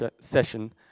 session